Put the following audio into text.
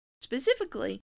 Specifically